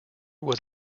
was